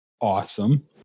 Awesome